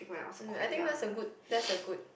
um I think that's a good that's a good